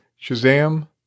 Shazam